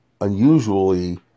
unusually